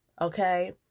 Okay